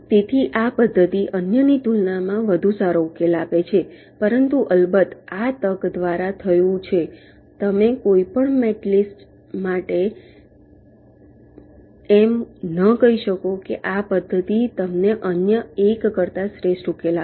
તેથી આ પદ્ધતિ અન્યની તુલનામાં વધુ સારો ઉકેલ આપે છે પરંતુ અલબત્ત આ તક દ્વારા થયું છે તમે કોઈપણ મેટલિસ્ટ માટે એમ ન કહી શકો કે આ પદ્ધતિ તમને અન્ય એક કરતાં શ્રેષ્ઠ ઉકેલ આપશે